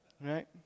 Right